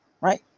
right